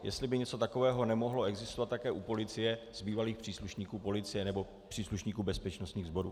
Jestli by něco takového nemohlo existovat také u policie z bývalých příslušníků policie nebo příslušníků bezpečnostních sborů.